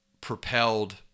propelled